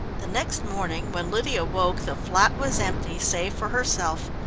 the next morning when lydia woke, the flat was empty, save for herself.